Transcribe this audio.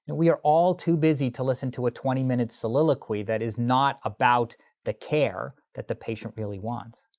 and we are all too busy to listen to a twenty minute soliloquy that is not about the care that the patient really wants.